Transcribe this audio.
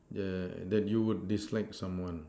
the that you would dislike someone